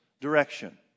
direction